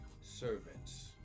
servants